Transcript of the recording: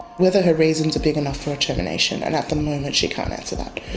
whether her reasons are big enough for a termination and at the moment she can't answer that.